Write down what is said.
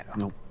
Nope